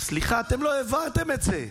סליחה, אתם לא העברתם את זה.